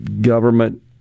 government